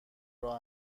راه